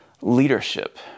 leadership